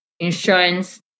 Insurance